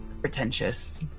pretentious